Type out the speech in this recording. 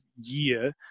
year